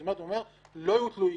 זאת אומרת, הוא אומר: לא יוטלו עיקולים.